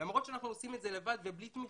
למרות שאנחנו עושים את זה לבד ובלי תמיכה.